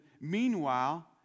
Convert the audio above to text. Meanwhile